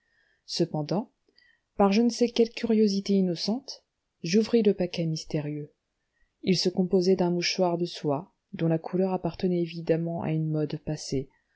cependant par je ne sais quelle curiosité innocente j'ouvris le paquet mystérieux il se composait d'un mouchoir de soie dont la couleur appartenait évidemment à une mode passée